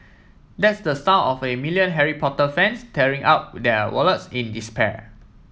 that's the sound of a million Harry Potter fans tearing up their wallets in despair